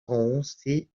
prononçait